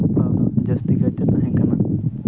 ᱡᱟᱹᱥᱛᱤ ᱠᱟᱭᱛᱮ ᱛᱟᱦᱮᱱ ᱠᱟᱱᱟ